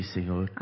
Senhor